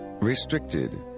restricted